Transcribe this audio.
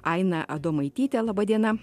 aina adomaityte laba diena